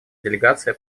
делегация